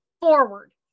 forward